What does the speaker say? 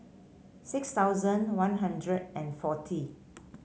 six thousand One Hundred and forty